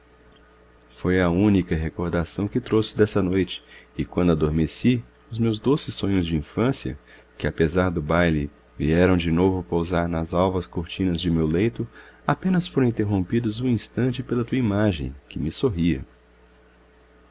foi a única recordação que trouxe dessa noite e quando adormeci os meus doces sonhos de infância que apesar do baile vieram de novo pousar nas alvas cortinas de meu leito apenas foram interrompidos um instante pela tua imagem que me sorria